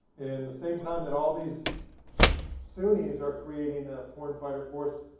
and the same time that all these sunnis are creating a foreign fighter force,